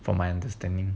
from my understanding